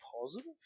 positive